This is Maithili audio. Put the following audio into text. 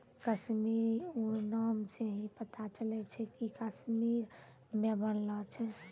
कश्मीरी ऊन नाम से ही पता चलै छै कि कश्मीर मे बनलो छै